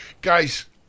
Guys